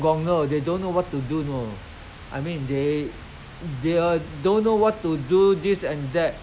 of course when you give them the education they they know how to learn they know how to write